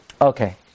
Okay